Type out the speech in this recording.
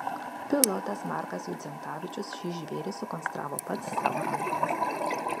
pilotas markas judzentavičius šį žvėrį sukonstravo pats savo rankomis